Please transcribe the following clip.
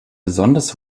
besonders